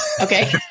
Okay